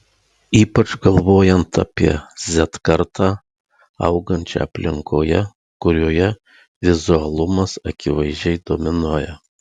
ypač galvojant apie z kartą augančią aplinkoje kurioje vizualumas akivaizdžiai dominuoja